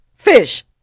Fish